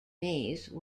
maze